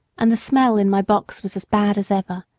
and the smell in my box was as bad as ever.